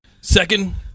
Second